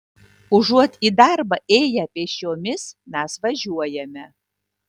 užuot į darbą ėję pėsčiomis mes važiuojame